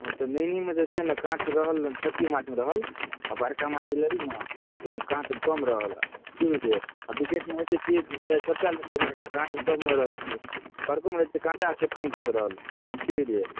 तऽ नैनी मे जे छै ने काँट तऽ रहल नहि छोटकी माँछमे रहल आ बड़का माँछ लेबै ने ओहिमे काँट कम रहल की बुझलियै आ ब्रिकेट मे होइ छै की चाहे छोटका चाहे बड़का काँट सबमे रहत बड़को मे रहै छै काँटा आ छोटको मे काँट रहल की बुझलियै